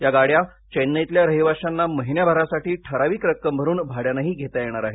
या गाड्या चेन्नईतल्या रहिवाश्यांना महिन्याभरासाठी ठराविक रक्कम भरून भाड्यानंही घेता येणार आहेत